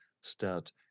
start